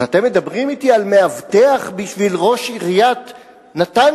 אז אתם מדברים על מאבטח בשביל ראש עיריית נתניה?